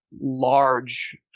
large